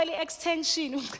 extension